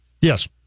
Yes